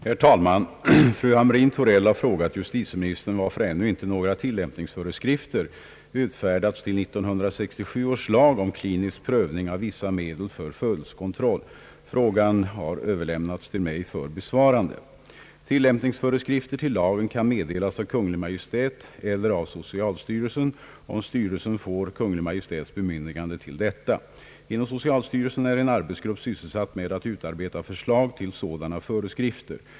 Herr talman! Fru Hamrin-Thorell har frågat justitieministern varför ännu inte några tillämpningsföreskrifter utfärdats till 1967 års lag om klinisk prövning av vissa medel för födelsekontroll. Frågan har överlämnats till mig för besvarande. Tillämpningsföreskrifter till lagen kan meddelas av Kungl. Maj:t eller av socialstyrelsen, om styrelsen får Kungl. Maj:ts bemyndigande till detta. Inom socialstyrelsen är en arbetsgrupp sysselsatt med att utarbeta förslag till sådana föreskrifter.